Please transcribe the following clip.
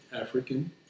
African